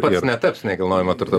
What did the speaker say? pats netaps nekilnojamo turto